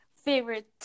favorite